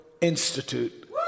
Institute